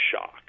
shock